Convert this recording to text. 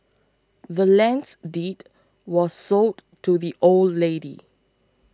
the land's deed was sold to the old lady